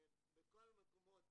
בכל המקומות.